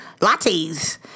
lattes